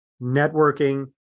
networking